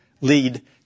lead